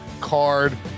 card